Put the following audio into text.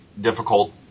difficult